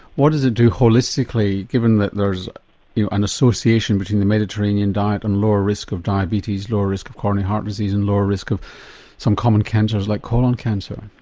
what does it do holistically given that there's an association between the mediterranean diet and lower risk of diabetes, lower risk of coronary heart disease and lower risk of some common cancers like colon cancer?